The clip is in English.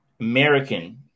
American